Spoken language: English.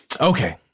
Okay